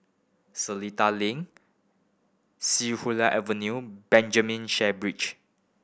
Seletar Link See Hula Avenue and Benjamin Sheare Bridge